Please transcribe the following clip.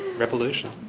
revolution.